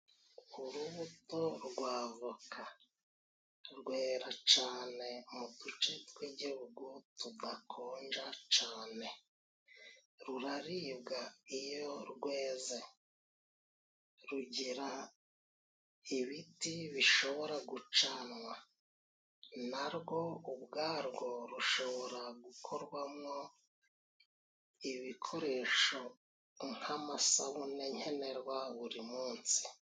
Urubuto rwa avoka rwera cane mu duce tw'igihugu tudakonja cane, ruraribwa iyo rweza, rugira ibiti bishobora gucanwa narwo ubwarwo rushobora gukorwamwo ibikoresho nk'amasabune nkenerwa buri munsi.